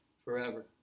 forever